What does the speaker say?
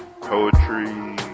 poetry